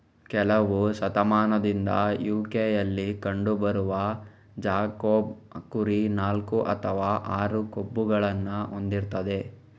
ಕೆಲವು ಶತಮಾನದಿಂದ ಯು.ಕೆಯಲ್ಲಿ ಕಂಡು ಬರುವ ಜಾಕೋಬ್ ಕುರಿ ನಾಲ್ಕು ಅಥವಾ ಆರು ಕೊಂಬುಗಳನ್ನ ಹೊಂದಿರ್ತದೆ